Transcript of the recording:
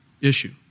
issue